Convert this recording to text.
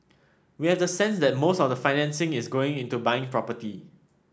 we have the sense that most of the financing is going into buying property